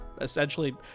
essentially